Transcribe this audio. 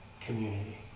community